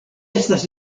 estas